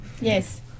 Yes